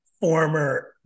former